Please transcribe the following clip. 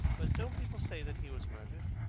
but don't people say that he was murdered?